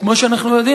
כמו שאנחנו יודעים,